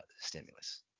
stimulus